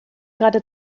gerade